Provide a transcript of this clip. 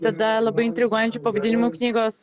tada labai intriguojančiu pavadinimu knygos